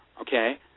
Okay